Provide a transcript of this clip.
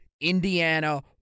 Indiana